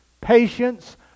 patience